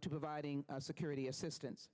to providing security assistance